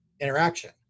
interaction